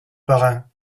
parrain